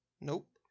Nope